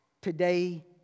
Today